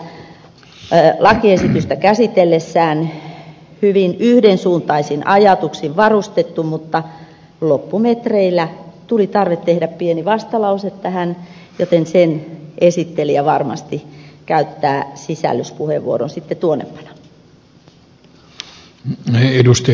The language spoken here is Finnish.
valiokunta oli tätä lakiesitystä käsitellessään hyvin yhdensuuntaisin ajatuksin varustettu mutta loppumetreillä tuli tarve tehdä pieni vastalause tähän joten sen esittelijä varmasti käyttää sisällyspuheenvuoron sitten tuonnempana